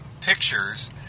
pictures